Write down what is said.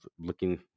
looking